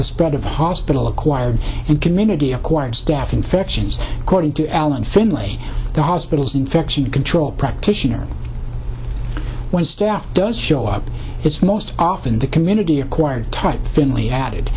the spread of hospital acquired and community acquired staph infections according to alan finlay the hospital's infection control practitioner when staff does show up it's most often the community acquired type finley added